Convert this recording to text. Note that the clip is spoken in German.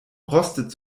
rostet